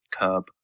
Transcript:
Curb